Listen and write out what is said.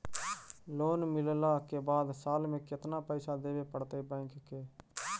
Loan मिलला के बाद साल में केतना पैसा देबे पड़तै बैक के?